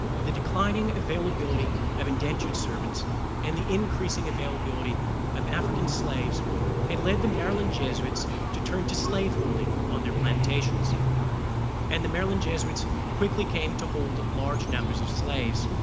the declining availability of indentured servants and the increasing availability of african slaves had led the maryland jesuits to turn to slave holding on their plantations and the maryland jesuits quickly came to hold large numbers of slaves,